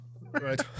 right